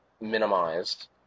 minimized